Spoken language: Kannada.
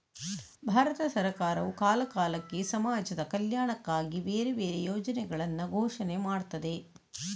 ಭಾರತ ಸರಕಾರವು ಕಾಲ ಕಾಲಕ್ಕೆ ಸಮಾಜದ ಕಲ್ಯಾಣಕ್ಕಾಗಿ ಬೇರೆ ಬೇರೆ ಯೋಜನೆಗಳನ್ನ ಘೋಷಣೆ ಮಾಡ್ತದೆ